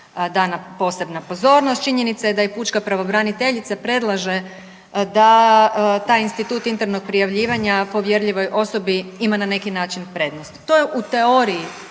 posebna pozornost, činjenica je da i pučka pravobraniteljica predlaže da taj institut internog prijavljivanja povjerljivoj osobi ima na neki način prednost. To je u teoriji